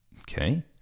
Okay